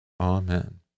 Amen